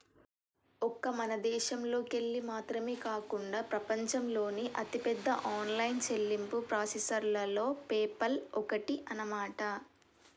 ఒక్క మన దేశంలోకెళ్ళి మాత్రమే కాకుండా ప్రపంచంలోని అతిపెద్ద ఆన్లైన్ చెల్లింపు ప్రాసెసర్లలో పేపాల్ ఒక్కటి అన్నమాట